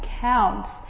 counts